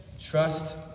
Trust